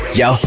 yo